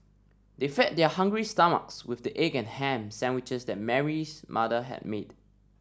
they fed their hungry stomachs with the egg and ham sandwiches that Mary's mother had made